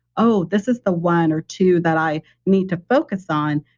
oh, this is the one or two that i need to focus on.